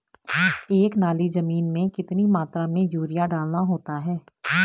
एक नाली जमीन में कितनी मात्रा में यूरिया डालना होता है?